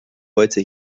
heute